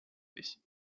dich